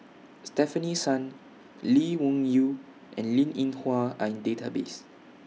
Stefanie Sun Lee Wung Yew and Linn in Hua Are in Database